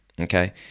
Okay